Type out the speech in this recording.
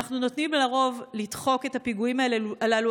אנחנו נוטים לרוב לדחוק את הפיגועים הללו